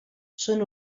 són